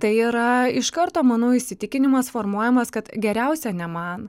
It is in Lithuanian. tai yra iš karto manau įsitikinimas formuojamas kad geriausia ne man